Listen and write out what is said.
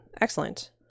excellent